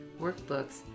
workbooks